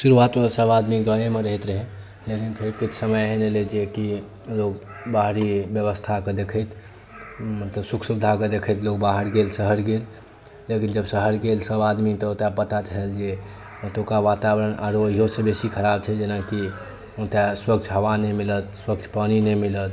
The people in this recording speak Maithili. शुरुआत मे सब आदमी गाँवे मे रहैत रहय लेकिन फेर किछु समय एहन एलै जे की लोग बाहरी व्यवस्था के देखैत मतलब सुख सुविधा के देखैत लोग बाहर गेल शहर गेल लेकिन जब शहर गेल सब आदमी तऽ ओतय पता भेल जे ओतुका वातावरण आरो आहियो स बेसी खराब छै जेनाकि ओतय स्वच्छ हवा नहि मिलत स्वच्छ पानि नहि मिलत